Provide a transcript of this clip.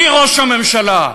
מראש הממשלה,